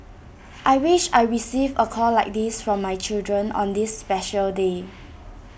I wish I receive A call like this from my children on this special day